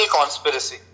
conspiracy